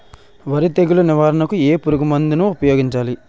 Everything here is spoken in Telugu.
వరి తెగుల నివారణకు ఏ పురుగు మందు ను ఊపాయోగించలి?